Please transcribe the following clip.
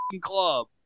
club